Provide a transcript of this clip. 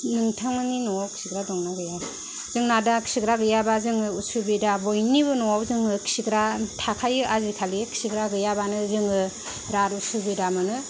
नोंथांमोननि न'आव खिग्रा दंना गैया जोंना दा खिग्रा गैयाबा जोङो उसुबिदा बयनिबो न'आव जोङो खिग्रा थाखायो आजिखालि खिग्रा गैयाबानो जोङो बिरात उसुबिदा मोनो